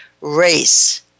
race